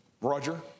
Roger